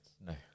No